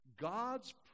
God's